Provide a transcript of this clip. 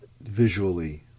visually